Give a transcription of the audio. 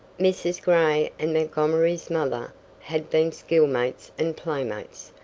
mrs. gray and montgomery's mother had been schoolmates and playmates,